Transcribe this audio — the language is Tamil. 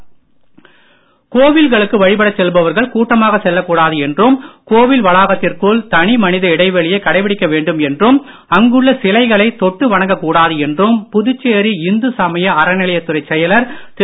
ஜன் அந்தோலன் கோவில்களுக்கு வழிபடச் செல்வர்கள் கூட்டமாக செல்லக் கூடாது என்றும் கோவில் வளாகத்திற்குள் தனிமனித இடைவெளியை கடைபிடிக்க வேண்டும் என்றும் அங்குள்ள சிலைகளை தொட்டு வணங்க கூடாது என்றும் புதுச்சேரி இந்து சமய அறநிலைத்துறைச் செயலர் திரு